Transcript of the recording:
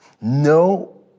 No